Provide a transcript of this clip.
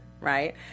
right